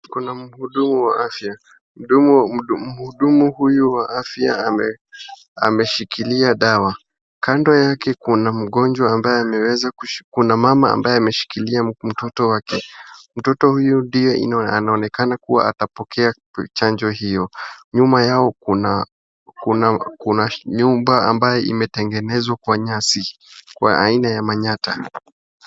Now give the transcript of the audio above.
Kuna mhudumu wa afya, mhudumu huyu wa afya ameshikilia dawa, kando yake kuna mgonjwa ambaye ameweza kushi, kuna mama ambaye ameshikilia mtoto wake, mtoto huyu ndiye anaonekana kuwa atapokea chanjo hiyo, nyuma yao kuna kuna kuna nyumba ambayo imetengenezwa kwa nyasi kwa aina ya Manyatta.